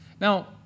Now